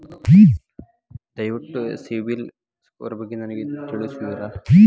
ದಯವಿಟ್ಟು CIBIL score ಬಗ್ಗೆ ನನಗೆ ತಿಳಿಸುವಿರಾ?